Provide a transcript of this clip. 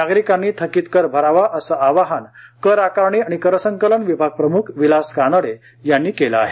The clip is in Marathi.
नागरीकांनी थकीत कर भरावा असे आवाहन कर आकारणी आणि करसंकलन विभाग प्रमुख विलास कानडे यांनी केले आहे